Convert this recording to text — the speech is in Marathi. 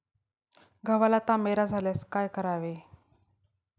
गव्हाला तांबेरा झाल्यास काय करावे?